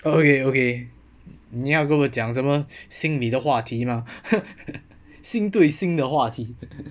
okay okay 你要跟我讲什么心理的话题 mah 心对心的话题